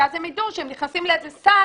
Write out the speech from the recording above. כי אז הם יידעו שהם נכנסים לאיזה שטאנץ